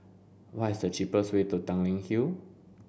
what is the cheapest way to Tanglin Hill